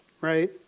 right